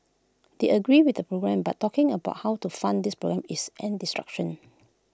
they agree with the programmes but talking about how to fund these programmes is an distraction